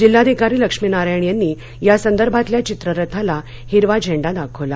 जिल्हाधिकारी लक्ष्मीनारायण यांनी या संदर्भातल्या चित्ररथाला हिरवा झेंडा दाखविला